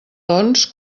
doncs